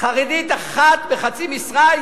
חרדית אחת בחצי משרה,